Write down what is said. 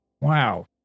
Wow